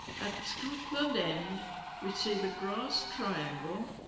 at scotland end we see the grass triangle.